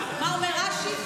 מה אומר רש"י?